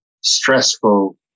stressful